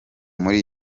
muri